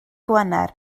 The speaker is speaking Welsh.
gwener